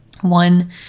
One